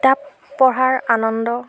কিতাপ পঢ়াৰ আনন্দ